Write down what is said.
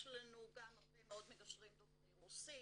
יש לנו גם הרבה מאוד מגשרים דוברי רוסית,